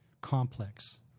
complex